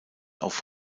auf